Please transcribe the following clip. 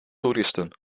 toeristen